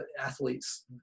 athletes